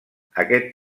aquest